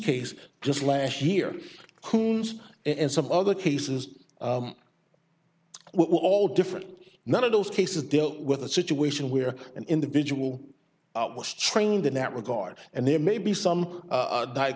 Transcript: case just last year coombs and some other cases well all different none of those cases dealt with a situation where an individual was trained in that regard and there may be some